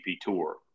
tour